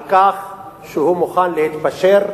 על כך שהוא מוכן להתפשר,